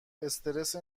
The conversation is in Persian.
استرس